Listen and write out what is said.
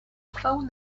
phone